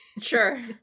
sure